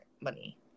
money